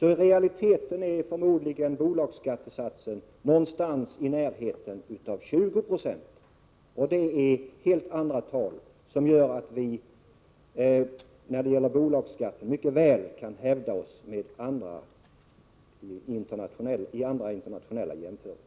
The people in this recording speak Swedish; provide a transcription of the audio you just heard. I realiteten ligger förmodligen bolagsskattesatsen någonstans i närheten av 20 96. Det är procenttal som gör att vi när det gäller bolagsskatten mycket väl kan hävda oss i en internationell jämförelse.